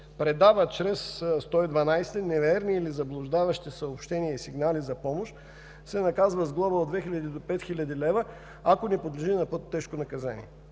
предава чрез 112 неверни или заблуждаващи съобщения и сигнали за помощ, се наказва с глоба от 2000 до 5000 лв., ако не подлежи на по-тежко наказание.